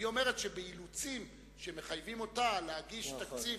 והיא אומרת שבאילוצים שמחייבים אותה להגיש תקציב,